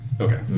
Okay